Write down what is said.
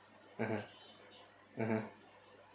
(uh huh) (uh huh)